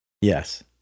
Yes